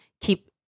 keep